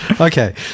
Okay